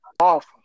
Off